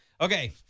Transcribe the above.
Okay